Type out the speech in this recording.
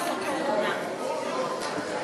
רבותי,